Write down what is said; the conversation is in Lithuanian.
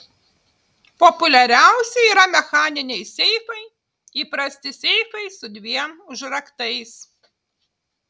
populiariausi yra mechaniniai seifai įprasti seifai su dviem užraktais